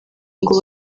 ngo